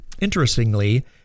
Interestingly